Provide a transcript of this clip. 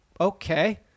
Okay